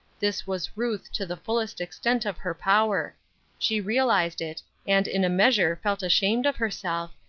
this was ruth to the fullest extent of her power she realized it, and in a measure felt ashamed of herself,